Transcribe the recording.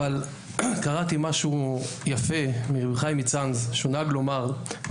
אבל קראתי משהו יפה מרבי חיים מצאנז שנהג לומר אני